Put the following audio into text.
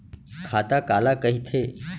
खाता काला कहिथे?